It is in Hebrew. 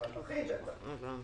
פלמחים, בטח.